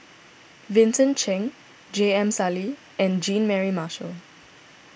Vincent Cheng J M Sali and Jean Mary Marshall